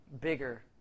bigger